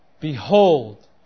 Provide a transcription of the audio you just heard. Behold